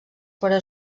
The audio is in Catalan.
però